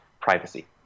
privacy